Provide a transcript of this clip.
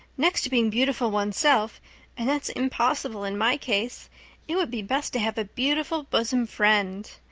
next to being beautiful oneself and that's impossible in my case it would be best to have a beautiful bosom friend.